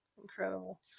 Incredible